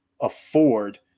afford